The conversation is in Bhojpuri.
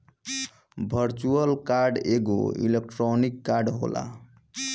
वर्चुअल कार्ड एगो इलेक्ट्रोनिक कार्ड होला